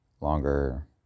longer